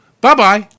bye-bye